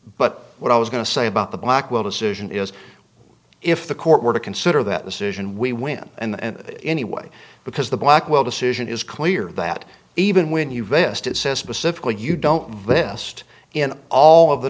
but what i was going to say about the blackwell decision is if the court were to consider that decision we win and anyway because the blackwell decision is clear that even when you vest it says specifically you don't vest in all of the